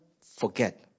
forget